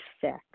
sick